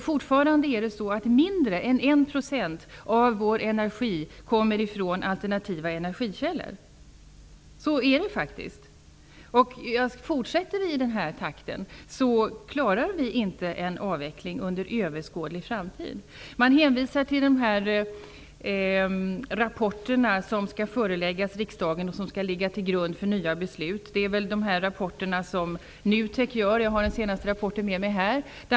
Fortfarande kommer mindre än en procent av vår energi från alternativa energikällor. Så är det faktiskt. Fortsätter vi i den här takten, så kommer vi inte att klara en avveckling under överskådlig framtid. Man hänvisar till de rapporter som skall föreläggas riksdagen och som skall ligga till grund för nya beslut. Det är väl de rapporter som NUTEK gör. Jag har den senaste rapporten med mig här.